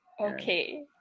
Okay